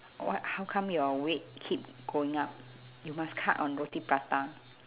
wha~ how come your weight keep going up you must cut on roti prata